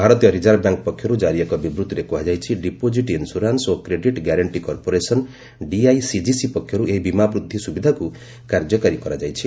ଭାରତୀୟ reserve bank ପକ୍ଷରୁ ଜାରି ଏକ ବିବୃତ୍ତିରେ କୁହାଯାଇଛି ଡିପୋଜିଟ୍ ଇନ୍ସୁରାନ୍ୱ ଓ କ୍ରେଡିଟ୍ ଗ୍ୟାରେଣ୍ଟି କର୍ପୋରେସନ୍ ଡିଆଇସିଜିସି ପକ୍ଷରୁ ଏହି ବୀମା ବୃଦ୍ଧି ସୁବିଧାକୁ କାର୍ଯ୍ୟକାରୀ କରାଯାଇଛି